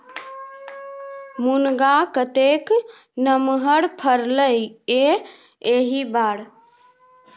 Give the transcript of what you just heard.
मुनगा कतेक नमहर फरलै ये एहिबेर